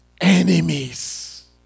enemies